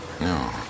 No